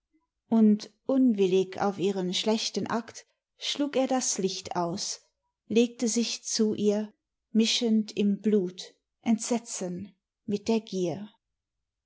und unwillig auf ihren schlechten akt schlug er das licht aus legte sich zu ihr mischend im blut entsetzen mit der gier